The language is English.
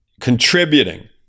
contributing